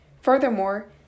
Furthermore